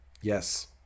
Yes